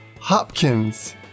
Hopkins